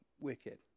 wicked